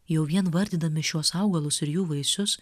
jau vien vardydami šiuos augalus ir jų vaisius